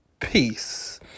peace